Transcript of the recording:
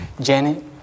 Janet